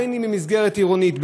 בין במסגרת עירונית,